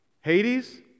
Hades